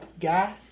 guy